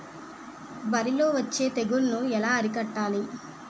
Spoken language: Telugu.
వరిలో వచ్చే తెగులని ఏలా అరికట్టాలి?